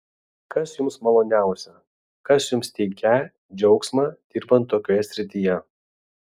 kas jums maloniausia kas jums teikią džiaugsmą dirbant tokioje srityje